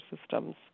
systems